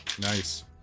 Nice